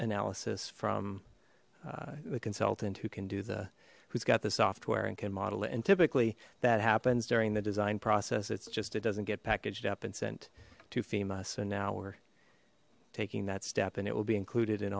analysis from the consultant who can do the who's got the software and can model it and typically that happens during the design process it's just it doesn't get packaged up and sent to fema so now we're taking that step and it will be included